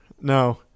No